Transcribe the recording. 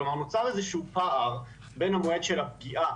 כלומר נוצר איזה שהוא פער בין המועד של הפגיעה,